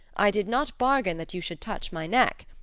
i did not bargain that you should touch my neck.